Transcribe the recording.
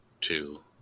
two